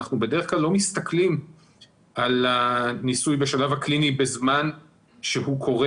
אנחנו בדרך כלל לא מסתכלים על הניסוי בשלב הקליני בזמן שהוא קורה.